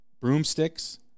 Broomsticks